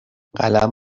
قلم